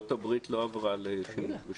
ארצות הברית לא עברה לחינוך בשקלים.